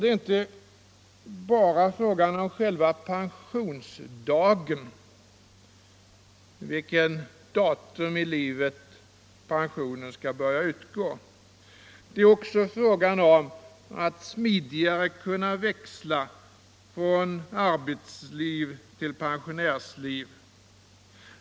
Det är inte heller bara fråga om själva pensionsdagen, alltså vid vilket datum i livet pensionen skall börja utgå, utan det gäller också att smidigare kunna växla från arbetsliv till pensionärsliv.